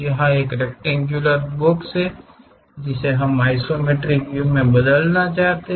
यह rectangular box है जिसे हम इसे आइसोमेट्रिक व्यू में बदलना चाहते हैं